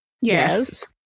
Yes